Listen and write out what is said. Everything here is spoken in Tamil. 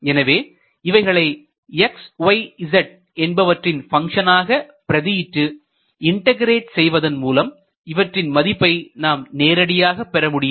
எனவே இவைகளை xyz என்பவற்றின் பங்க்ஷன் ஆக பிரதியீடு இன்டகிரேட் செய்வதன்மூலம் இவற்றின் மதிப்பை நாம் நேரடியாக பெற முடியும்